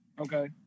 Okay